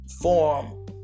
form